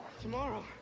Tomorrow